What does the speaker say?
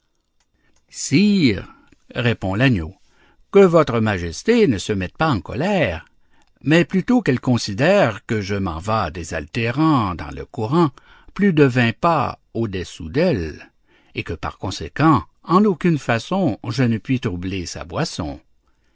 sire répond l'agneau que votre majesté ne se mette pas en colère mais plutôt qu'elle considère que je me vas désaltérant dans le courant plus de vingt pas au-dessous d'elle et que par conséquent en aucune façon je ne puis troubler sa boisson